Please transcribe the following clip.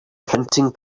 printing